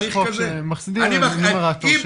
יש חוק שמסדיר, נומרטור.